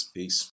Peace